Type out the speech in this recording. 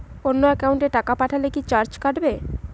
অন্য একাউন্টে টাকা পাঠালে কি চার্জ কাটবে?